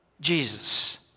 Jesus